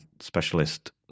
specialist